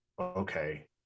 okay